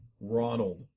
Ronald